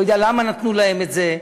לא יודע למה נתנו להם את זה,